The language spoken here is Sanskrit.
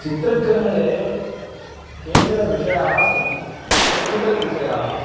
चित्रग्रहणे केचन विषयाः सन्ति टेक्निकल् विषयाः